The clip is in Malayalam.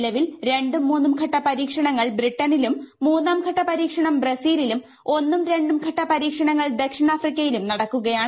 നിലവിൽ രണ്ടും മൂന്നും ഘട്ട പരീക്ഷണങ്ങൾ ബ്രിട്ടണിലും മൂന്നാം ഘട്ട പരീക്ഷണം ബ്രസീലിലും ഒന്നും രണ്ടും ഘട്ട പരീക്ഷണങ്ങൾ ദക്ഷിണാഫ്രിക്കയിലും നടക്കുകയാണ്